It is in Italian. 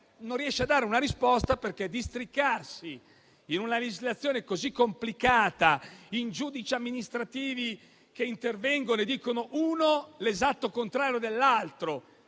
non riuscire a dare una risposta, perché deve districarsi tra una legislazione complicata e giudici amministrativi che intervengono dicendo uno l'esatto contrario dell'altro.